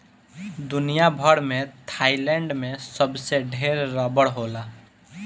दुनिया भर में थाईलैंड में सबसे ढेर रबड़ होला